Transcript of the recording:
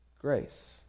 grace